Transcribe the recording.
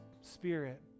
Spirit